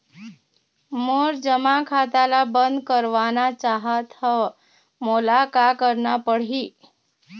मोर जमा खाता ला बंद करवाना चाहत हव मोला का करना पड़ही?